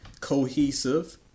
cohesive